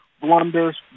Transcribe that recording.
blunders